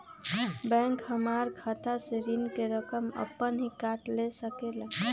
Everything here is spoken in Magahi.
बैंक हमार खाता से ऋण का रकम अपन हीं काट ले सकेला?